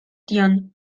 tion